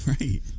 Right